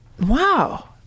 wow